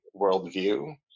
worldview